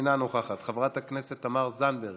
אינה נוכחת, חברת הכנסת תמר זנדברג,